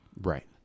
Right